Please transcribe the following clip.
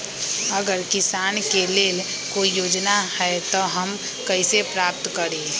अगर किसान के लेल कोई योजना है त हम कईसे प्राप्त करी?